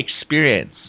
experience